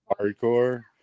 hardcore